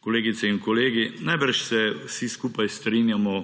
Kolegice in kolegi, najbrž se vsi skupaj strinjamo,